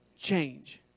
Change